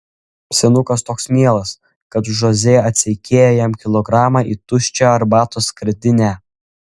senukas toks mielas kad žoze atseikėja jam kilogramą į tuščią arbatos skardinę